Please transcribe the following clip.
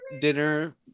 dinner